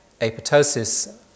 apoptosis